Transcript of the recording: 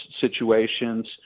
situations